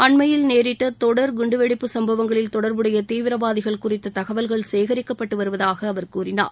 அண்மையில் நேரிட்ட தொடர் குண்டுவெடிப்பு சம்பவங்களில் தொடர்புடைய தீவிரவாதிகள் குறித்த தகவல்கள் சேகரிக்கப்பட்டுவருவதாக அவர் கூறினார்